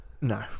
No